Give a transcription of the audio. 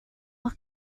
what